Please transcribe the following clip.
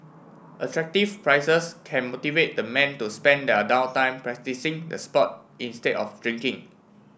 attractive prizes can motivate the men to spend their down time practising the sport instead of drinking